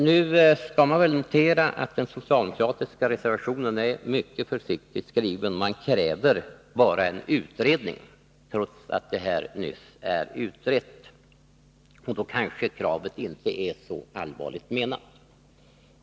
Nu skall man väl notera att den socialdemokratiska reservationen är mycket försiktigt skriven. Man kräver bara en utredning, trots att problemet nyss är utrett. Då kanske kravet inte är så allvarligt menat.